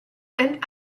and